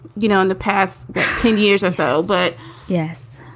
you know, in the past ten years or so. but yes,